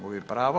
Gubi pravo.